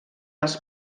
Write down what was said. als